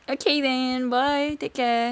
okay then bye take care